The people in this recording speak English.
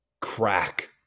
crack